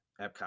Epcot